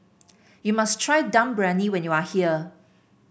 you must try Dum Briyani when you are here